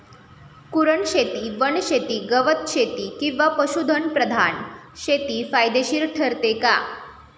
कुरणशेती, वनशेती, गवतशेती किंवा पशुधन प्रधान शेती फायदेशीर ठरते का?